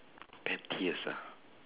pettiest ah